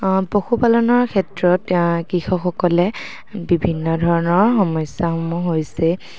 পশুপালনৰ ক্ষেত্ৰত কৃষকসকলে বিভিন্ন ধৰণৰ সমস্যাসমূহ হৈছে